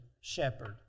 shepherd